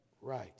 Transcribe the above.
right